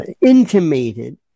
intimated